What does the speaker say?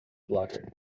blocker